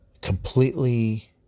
completely